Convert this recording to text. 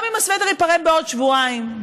גם אם הסוודר ייפרם בעוד שבועיים,